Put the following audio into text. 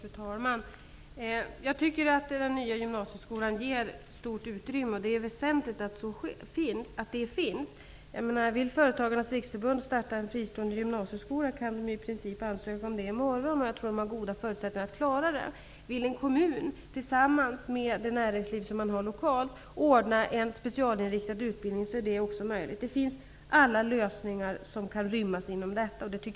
Fru talman! Jag tycker att den nya gymnasieskolan ger stort utrymme, och det är väsentligt att det finns. Om man i Företagarnas riksorganisation vill starta en fristående gymnasieskola kan man i princip ansöka om det i morgon, och jag tror att man har goda förutsättningar att klara det. Om en kommun, tillsammans med det näringsliv som man lokalt har, vill ordna en specialinriktad utbildning, är det också möjligt. Alla lösningar finns, som kan rymmas inom detta, och det är bra.